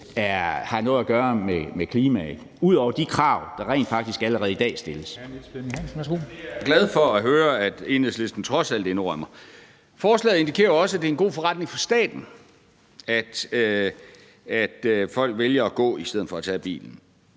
Hansen, værsgo. Kl. 11:06 Niels Flemming Hansen (KF): Det er jeg glad for at høre at Enhedslisten trods alt indrømmer. Forslaget indikerer jo også, at det er en god forretning for staten, at folk vælger at gå i stedet for at tage bilen.